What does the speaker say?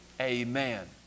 amen